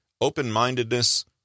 open-mindedness